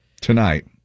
Tonight